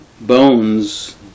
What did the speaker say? bones